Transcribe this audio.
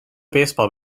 baseball